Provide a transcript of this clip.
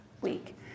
week